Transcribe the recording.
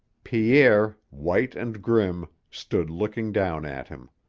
pierre, white and grim, stood looking down at him.